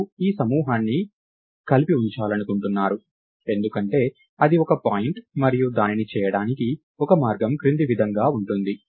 మీరు ఈ సమూహాన్ని కలిసి ఉంచాలనుకుంటున్నారు ఎందుకంటే అది ఒక పాయింట్ మరియు దానిని చేయడానికి ఒక మార్గం క్రింది విధంగా ఉంటుంది